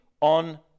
on